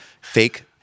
fake